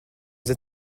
vous